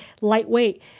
lightweight